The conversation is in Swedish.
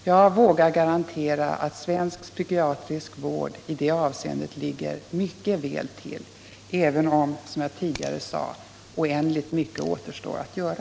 Jag vågar garantera att svensk psykiatrisk vård ligger mycket väl till, även om, som jag tidigare sade, oändligt mycket återstår att göra.